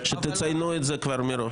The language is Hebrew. שתציינו את זה כבר מראש.